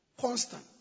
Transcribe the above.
constant